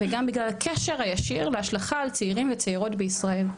וגם בגלל הקשר הישיר להשלכה על צעירים וצעירות בישראל.